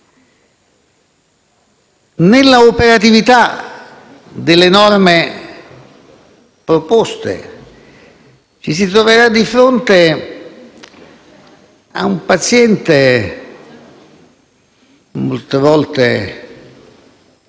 Nell'operatività delle norme proposte ci si troverà di fronte ad un paziente molte volte